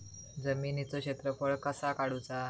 जमिनीचो क्षेत्रफळ कसा काढुचा?